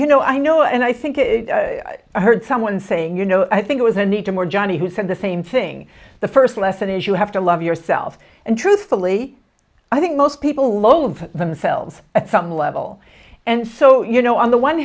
you know i know and i think if i heard someone saying you know i think it was the need to more johnny who had the same thing the first lesson is you have to love yourself and truthfully i think most people lol of themselves at some level and so you know on the one